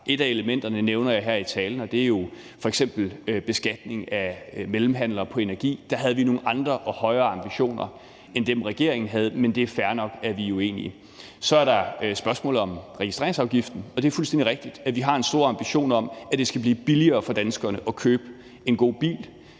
Et af elementerne nævner jeg her i talen, og det er jo f.eks. beskatning af mellemhandlere på energimarkedet. Der havde vi nogle andre og højere ambitioner end dem, regeringen havde, men det er fair nok, at vi er uenige. Så er der spørgsmålet om registreringsafgiften. Det er fuldstændig rigtigt, at vi har en stor ambition om, at det skal blive billigere for danskerne at købe en god bil.